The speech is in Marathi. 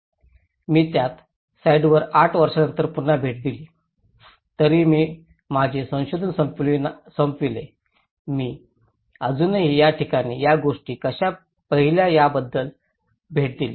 मी त्याच साइटवर आठ वर्षांनंतर पुन्हा भेट दिली तरीही मी माझे संशोधन संपवले मी अजूनही या ठिकाणी या गोष्टी कशा पाहिल्या याबद्दल भेट दिली